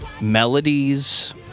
melodies